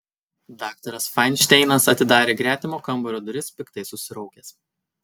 daktaras fainšteinas atidarė gretimo kambario duris piktai susiraukęs